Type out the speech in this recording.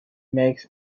makes